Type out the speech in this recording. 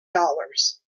dollars